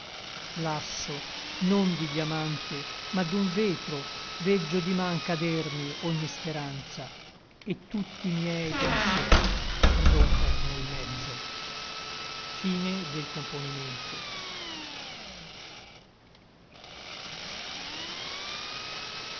lasso non di diamante ma d'un vetro veggio di man cadermi ogni speranza et tutti miei pensier romper nel mezzo se